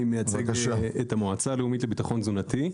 אני מייצג את המועצה הלאומית לביטחון תזונתי,